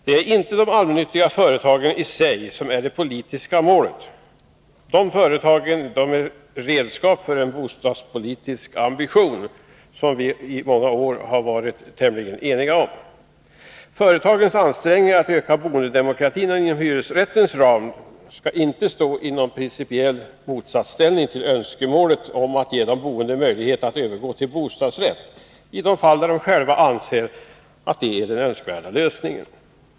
Det är inte de allmännyttiga företagen i sig som är det politiska målet — de är redskap för en bostadspolitisk ambition, som vi i många år varit tämligen eniga om. Företagens ansträngningar att öka boendedemokratin inom hyresrättens ram står inte i någon principiell motsättning till önskemålet att ge de boende möjlighet att övergå till bostadsrätt i de fall där de själva anser att det är den önskvärda lösningen.